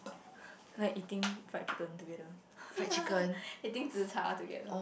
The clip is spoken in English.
like eating fried chicken together eating zi-char together